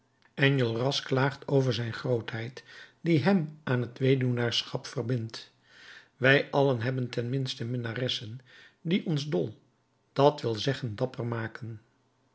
enjolras klaagt over zijn grootheid die hem aan het weduwnaarschap verbindt wij allen hebben ten minste minnaressen die ons dol dat wil zeggen dapper maken